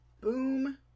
Boom